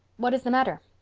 what is the matter?